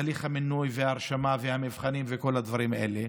הליך המינוי והרשמה והמבחנים וכל הדברים האלה.